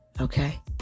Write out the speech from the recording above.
Okay